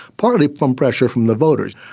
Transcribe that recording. partly from pressure from the voters.